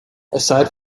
aside